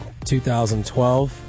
2012